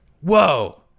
Whoa